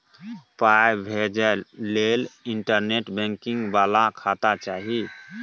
पाय भेजय लए इंटरनेट बैंकिंग बला खाता चाही